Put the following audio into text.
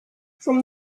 from